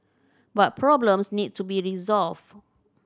but problems need to be resolved